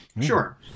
Sure